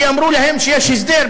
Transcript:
כי אמרו להם שיש הסדר,